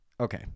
Okay